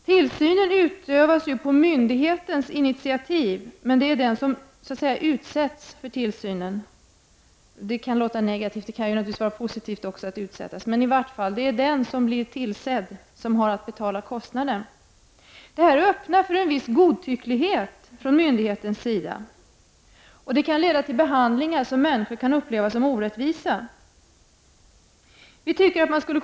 Tillsynen utövas ju på myndighetens initiativ, men det är den som så att säga utsätts för tillsynen — det kanske låter negativt men det kan naturligtvis även vara positivt att utsättas för tillsyn — som har att betala kostnaden. Detta öppnar möjlighe ter för en viss godtycklighet från myndighetens sida, och det kan leda till att människor upplever att de behandlas orättvist.